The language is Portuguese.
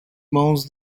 mãos